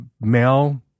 male